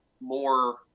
more